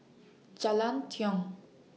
Jalan Tiong